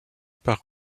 par